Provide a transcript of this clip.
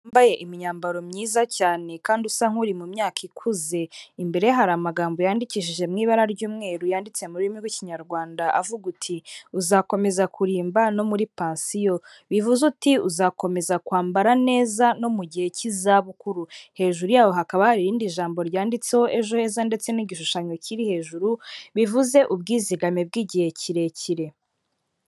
wambaye imyambaro myiza cyane kandi usa nk'uri mu myaka ikuze imbere ye hari amagambo yandikishije mw'ibara ry'umweru yanditse mu rurimi rw'ikinyarwanda avuga uti ''uzakomeza kurimba no muri pansiyo'' bivuze uti uzakomeza kwambara neza no mu gihe cy'izabukuru, hejuru yaho hakaba hari irindi jambo ryanditseho ejoheza ndetse n'igishushanyo kiri hejuru bivuze ubwizigame bw'igihe kirekire.